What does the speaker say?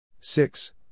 six